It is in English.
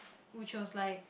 which was like